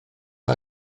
ond